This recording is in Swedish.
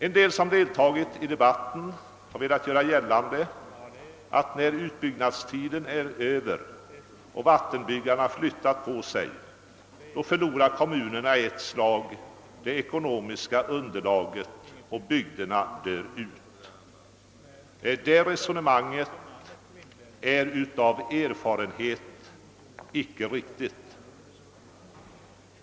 En del av dem som deltagit i debatten har velat göra gällande att kommunerna, när utbyggnadstiden är över och vattenbyggarna ger sig i väg, i ett slag skulle förlora sitt ekonomiska underlag, så att bygderna dör ut. Detta resonemang har av erfarenhet visat sig icke vara riktigt.